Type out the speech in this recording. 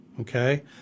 Okay